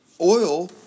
Oil